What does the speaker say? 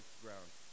ground